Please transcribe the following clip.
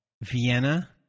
Vienna